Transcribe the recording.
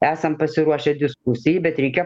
esam pasiruošę diskusijai bet reikia